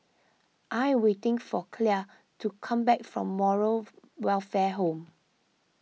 I am waiting for Clell to come back from Moral Welfare Home